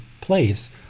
place